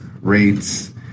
rates